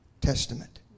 testament